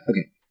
okay